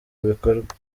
bikorwa